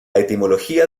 etimología